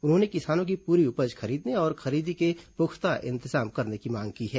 उन्होंने किसानों की पूरी उपज खरीदने और खरीदी के पुख्ता इंतजाम करने की मांग की है